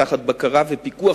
תחת בקרה ופיקוח,